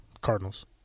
Cardinals